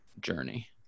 journey